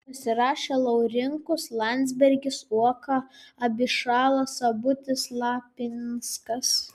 pasirašė laurinkus landsbergis uoka abišala sabutis lapinskas